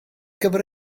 gyfer